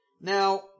Now